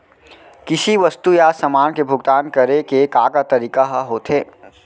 किसी वस्तु या समान के भुगतान करे के का का तरीका ह होथे?